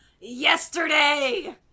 yesterday